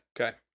Okay